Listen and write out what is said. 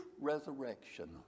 Resurrection